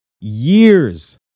years